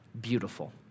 beautiful